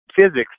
physics